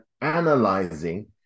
analyzing